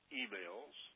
emails